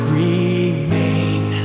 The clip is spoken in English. remain